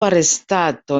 arrestato